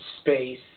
space